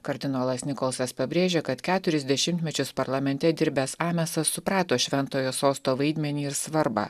kardinolas nikolsas pabrėžė kad keturis dešimtmečius parlamente dirbęs amesas suprato šventojo sosto vaidmenį ir svarbą